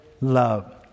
love